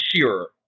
shearer